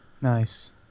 nice